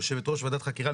יושבת ראש ועדת החקירה,